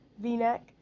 v-neck